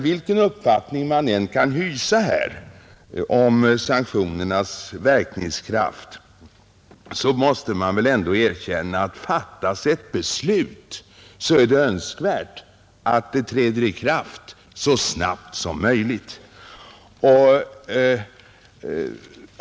Vilken uppfattning man än kan hysa om sanktionernas verkningskraft måste man väl ändå erkänna, att om det fattas ett beslut är det önskvärt att det träder i kraft så snabbt som möjligt.